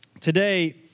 Today